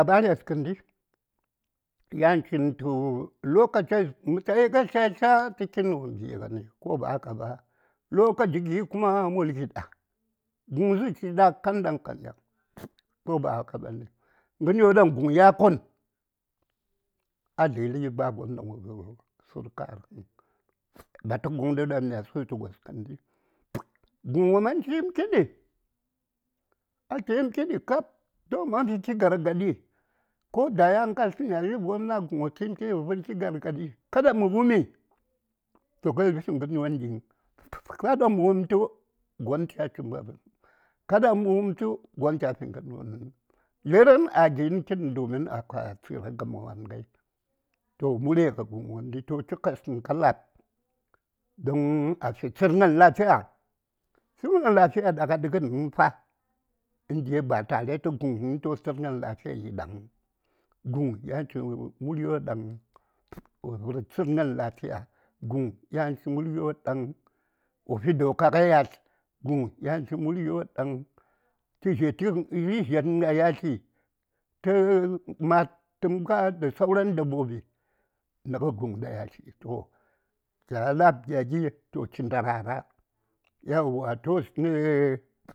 ﻿labares kəndi yan chintu lokaches mə ta:yi ŋa tlya tlya tə kitn wopm gi:gəni ko ba haka ba lokachi gi kuma mulki ɗa guŋsə chiɗa kandəm-kandəm ko ba haka bane gənyo daŋ guŋ ya kon a dləri ba gon wo sur kaarəŋ batu guŋdə daŋ mya su tə gos ŋəndi guŋ wo man chimkiɗi a chimkiɗi kap toh man fiki gargaɗi ko da yan ka tləni a ləbwon ma guŋ wo chiimki ɗi wo vərki gargadi kaɗa mə wumi tu kə fi gənwon diŋ kaɗa mə wum tu gon cha chi mərrəŋ kaɗa mə wum tu gon cha fi gən vuŋ dlərən a gin kin dumin a kwache gamawan ŋai toh murya ŋə guŋ gəndi toh təpes kən ka laap don a fi tsəngən lafiya, tsəngən lafiya ɗa a ɗəgən vuŋ fa inji ba tare tə guŋ vuə to tsəgən lafiya yiɗa vuŋ guŋ yan chi muryo ɗaŋ wo vər tsən gən lafiya guŋ yan chi muryo daŋ wo fi doka a yatl guŋ yanchi muryodaə tə dzen tə dzety gəndaŋ gənwon daŋ ci ɗa yatli tə maad təmga da sauran dabbobi nə gə guŋ ɗa yatli toh mya laab gya gin toh chi ndarara yauwa toh nə.